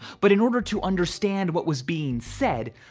but in order to understand what was being said,